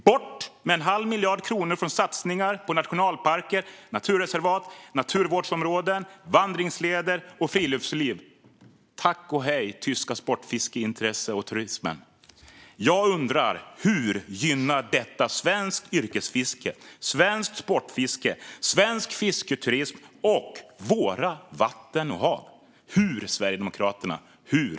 Bort med en halv miljard kronor från satsningar på nationalparker, naturreservat, naturvårdsområden, vandringsleder och friluftsliv. Tack och hej, tyska sportfiskeintresse och turism! Jag undrar: Hur gynnar detta svenskt yrkesfiske, svenskt sportfiske, svensk fisketurism och våra vatten och hav? Hur, Sverigedemokraterna? Hur?